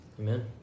Amen